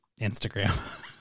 Instagram